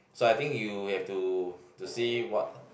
so I think you you have to to see what